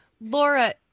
Laura